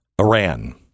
Iran